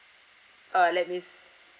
uh let me